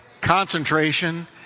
concentration